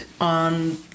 on